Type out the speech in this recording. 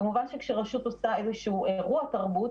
כמובן שכשרשות עושה איזשהו אירוע תרבות,